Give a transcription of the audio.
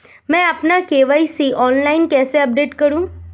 मैं अपना KYC online कैसे अपडेट करूँ?